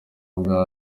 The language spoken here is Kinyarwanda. bwa